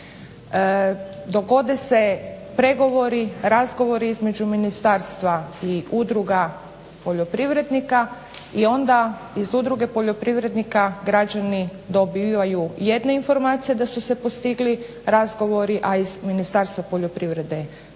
dogode se pregovori, razgovori između ministarstva i udruga poljoprivrednika i onda iz udruge poljoprivrednika građani dobivaju jednu informaciju da su se postigli razgovori, a iz Ministarstva poljoprivrede druge